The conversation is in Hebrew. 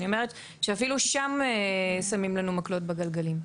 אפילו שם שמים לנו מקלות בגלגלים.